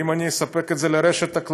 אם אני אספק את זה לרשת הכללית,